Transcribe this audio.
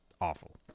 awful